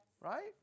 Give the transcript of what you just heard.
Right